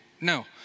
No